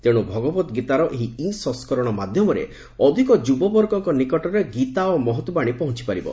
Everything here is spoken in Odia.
ତେଣୁ ଭଗବତ ଗୀତାର ଏହି ଇ ସଂସ୍କରଣ ମାଧ୍ୟମରେ ଅଧିକ ଯୁବବର୍ଗଙ୍କ ନିକଟରେ ଗୀତା ଓ ମହତବାଣୀ ପହଞ୍ଚ ପାରିବ